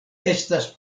estas